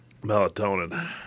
Melatonin